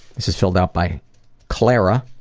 this is filled out by clara.